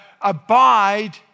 abide